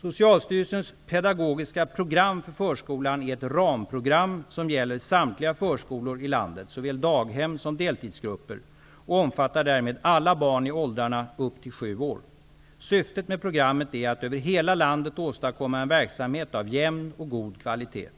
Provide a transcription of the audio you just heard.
Socialstyrelsens pedagogiska program för förskolan är ett ramprogram, som gäller samtliga förskolor i landet, såväl daghem som deltidsgrupper, och omfattar därmed alla barn i åldrarna upp till sju år. Syftet med programmet är att över hela landet åstadkomma en verksamhet av jämn och god kvalitet.